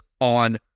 on